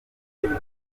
ijambo